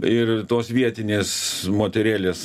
ir tos vietinės moterėlės